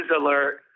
alert